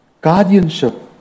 guardianship